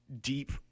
deep